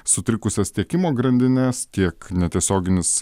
sutrikusias tiekimo grandines tiek netiesioginis